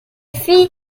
fille